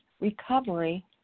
recovery